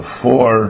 four